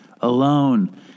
alone